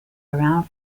around